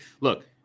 Look